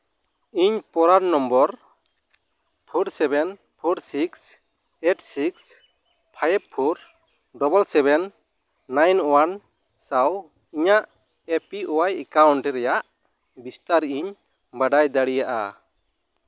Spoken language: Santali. ᱤᱧ ᱯᱚᱨᱟᱱ number four seven four six eight six five four double seven nine one ᱥᱟᱶ ᱤᱧᱟᱹᱜ ᱮ ᱯᱤ ᱚᱣᱟᱭ ᱮᱠᱟᱣᱩᱱᱴ ᱨᱮᱭᱟᱜ ᱵᱤᱥᱛᱟᱨ ᱤᱧ ᱵᱟᱰᱟᱭ ᱫᱟᱲᱮᱭᱟᱜᱼᱟ